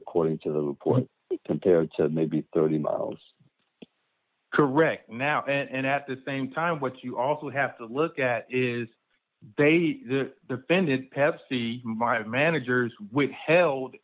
according to the point compared to maybe thirty miles correct now and at the same time what you also have to look at is they defended pepsi my managers withheld